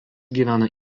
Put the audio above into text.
gyvena